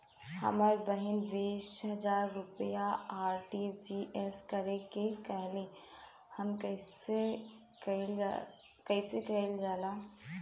हमर बहिन बीस हजार रुपया आर.टी.जी.एस करे के कहली ह कईसे कईल जाला?